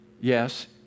yes